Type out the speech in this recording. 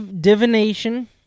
Divination